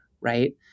right